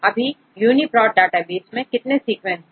अभी UniProt database मैं कितने सीक्वेंस है